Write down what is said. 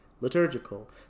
Liturgical